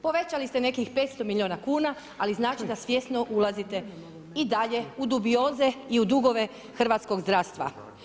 Povećali ste nekih 500 milijuna kuna, ali znači da svjesno ulazite i dalje u dubioze i u dugove hrvatskog zdravstva.